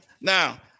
now